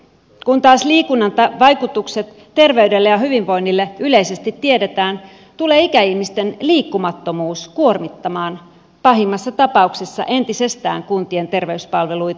kun taas liikunnan vaikutukset terveydelle ja hyvinvoinnille yleisesti tiedetään tulee ikäihmisten liikkumattomuus kuormittamaan pahimmassa tapauksessa entisestään kuntien terveyspalveluita